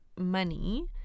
money